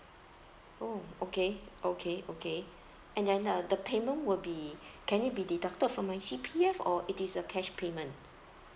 oh okay okay okay and then uh the payment will be can it be deducted from my C_P_F or it is a cash payment